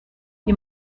die